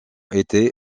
était